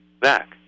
back